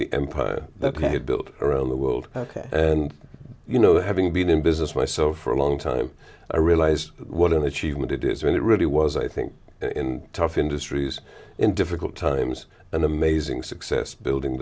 the empire that have built around the world ok and you know having been in business why so for a long time i realized what an achievement it is when it really was i think in tough industries in difficult times an amazing success building